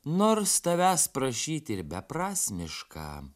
nors tavęs prašyti ir beprasmiška